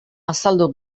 azaldu